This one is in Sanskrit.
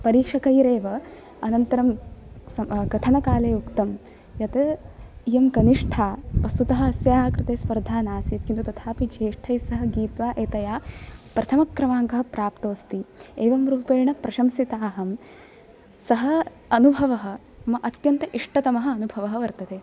परिक्षकैरेव अनन्तरं कथनकाले उक्तं यत् इयं कनिष्ठा वस्तुतः अस्याः कृते स्पर्धा नासीत् तथापि ज्येष्ठैः सह गीत्वा एतया प्रथम क्रमाङ्कः प्राप्तो अस्ति एवं रूपेण प्रशंसितः अहं सः अनुभवः मम अत्यन्त इष्टतमः अनुभवः वर्तते